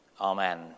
amen